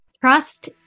Trust